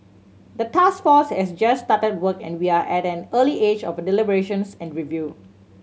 the task force has just started work and we are at an early age of deliberations and review